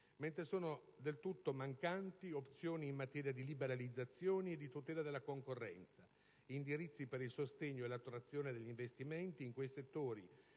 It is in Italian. mentre sono del tutto mancanti opzioni in materia di liberalizzazioni e di tutela della concorrenza e indirizzi per il sostegno e l'attrazione degli investimenti in quei settori